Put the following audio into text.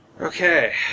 Okay